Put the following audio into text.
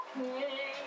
Okay